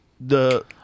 The-